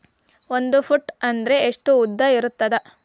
ಒಂದು ಫೂಟ್ ಅಂದ್ರೆ ಎಷ್ಟು ಉದ್ದ ಇರುತ್ತದ?